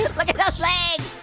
look at those legs.